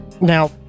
now